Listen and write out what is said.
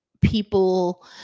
people